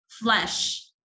flesh